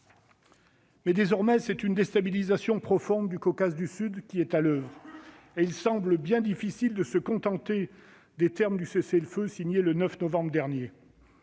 Mais, désormais, c'est une déstabilisation profonde du Caucase du Sud qui est à l'oeuvre, et il semble bien difficile de se contenter des termes du cessez-le-feu signé le 9 novembre dernier.